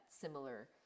similar